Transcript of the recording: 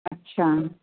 अच्छा